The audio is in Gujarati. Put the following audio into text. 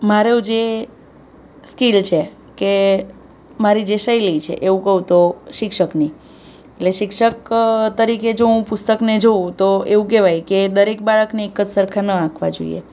મારું જે સ્કિલ છે કે મારી જે શૈલી છે એવું કહું તો શિક્ષકની એટલે શિક્ષક તરીકે જો હું પુસ્તકને જોવું તો એવું કહેવાય કે દરેક બાળકને એક જ સરખાં ન આંકવા જોઈએ